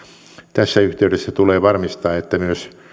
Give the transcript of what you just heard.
tässä yhteydessä tulee varmistaa että myös